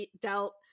dealt